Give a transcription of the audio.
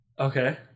Okay